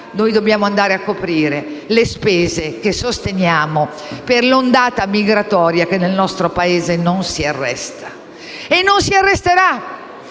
noi dobbiamo andare a coprire le spese che sosteniamo per l'ondata migratoria che nel nostro Paese non si arresta. E non si arresterà